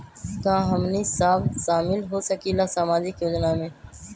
का हमनी साब शामिल होसकीला सामाजिक योजना मे?